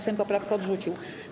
Sejm poprawkę odrzucił.